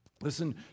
Listen